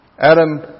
Adam